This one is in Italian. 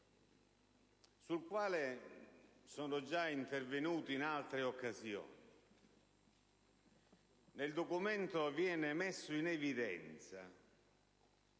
sul quale sono già intervenuto in altre occasioni. Nel Documento viene messo in evidenza